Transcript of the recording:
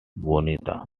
bonita